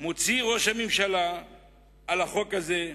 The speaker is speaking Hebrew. מוציא ראש הממשלה על החוק הזה,